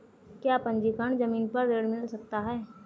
क्या पंजीकरण ज़मीन पर ऋण मिल सकता है?